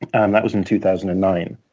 and that was in two thousand and nine.